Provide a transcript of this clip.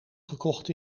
gekocht